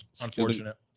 Unfortunate